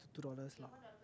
two dollars lah